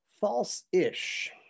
False-ish